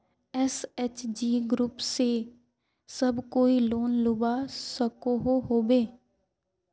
SHG group से सब कोई लोन लुबा सकोहो होबे?